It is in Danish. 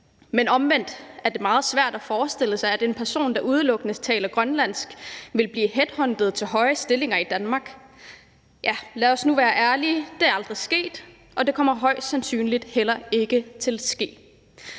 Omvendt er det meget svært at forestille sig, at en person, der udelukkende taler grønlandsk, vil blive headhuntet til høje stillinger i Danmark. Lad os nu være ærlige: Det er aldrig sket, og det kommer højst sandsynligt heller ikke til at ske.